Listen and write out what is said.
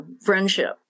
friendship